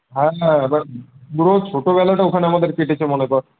হ্যাঁ হ্যাঁ এবার পুরো ছোটবেলাটা ওখানে আমাদের কেটেছে মনে কর